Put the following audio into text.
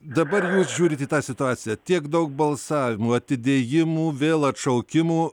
dabar žiūrit į tą situaciją tiek daug balsavimų atidėjimų vėl atšaukimų